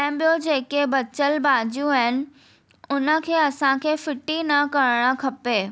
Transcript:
ऐं ॿियो जेके बचियल भाॼियूं आहिनि उनखे असांखे फ़िटी न करणु खपे